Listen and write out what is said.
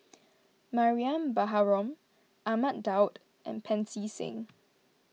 Mariam Baharom Ahmad Daud and Pancy Seng